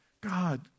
God